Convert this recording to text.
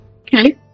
Okay